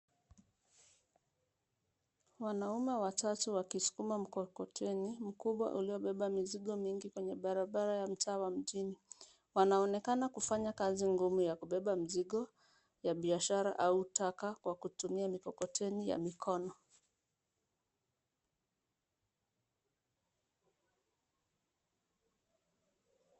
Wanaume watatu wakisukuma mkokoteni mkubwa uliobeba mizigo mingi kwenye barabara ya mtaa wa mjini. wanaonekana kufanya kazi ngumu ya kubeba mzigo ya biashara au taka kwa kutumia mikokoteni ya mikono.